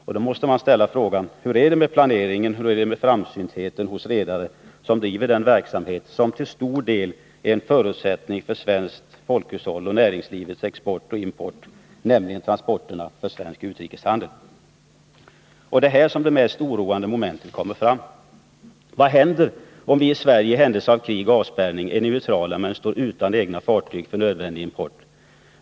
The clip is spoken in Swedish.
Och då måste man ställa frågan: Hur är det med planeringen, hur är det med framsyntheten hos redare som driver den verksamhet som till stor del är en förutsättning för svenskt folkhushåll och för näringslivets export och import, nämligen transporterna för svensk utrikeshandel? Och det är här som det mest oroande momentet kommer fram. Vad händer om vi i Sverige i händelse av krig och avspärrning är neutrala men står utan egna fartyg för nödvändig import?